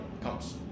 comes